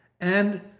And